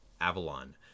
Avalon